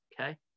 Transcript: okay